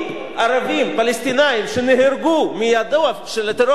ערבים פלסטינים שנהרגו מידיו של הטרור היהודי,